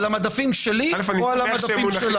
על המדפים שלי או על המדפים שלה?